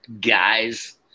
guys